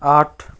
आठ